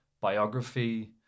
biography